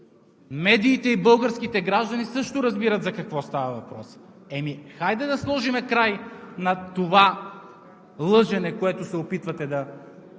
Медиите и българските граждани също разбират за какво става въпрос. Ами хайде да сложим край на това лъжене, което се опитвате да